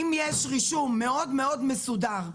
אם יש רישום מאוד מסודר,